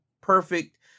Perfect